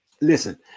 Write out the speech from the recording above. Listen